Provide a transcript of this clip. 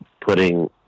putting